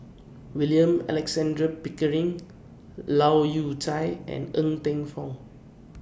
William Alexander Pickering Leu Yew Chye and Ng Teng Fong